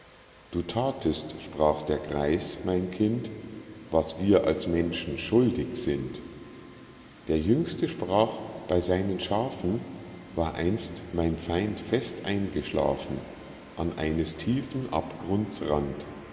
du thatest sprach der greis mein kind was wir als menschen schuldig sind der jüngste sprach bei seinen schafen war einst mein feind fest eingeschlafen an eines tiefen abgrunds rand